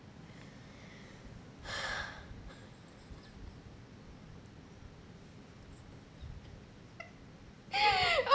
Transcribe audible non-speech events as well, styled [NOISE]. [BREATH] [LAUGHS]